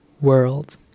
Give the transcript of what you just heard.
World